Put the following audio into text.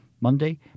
Monday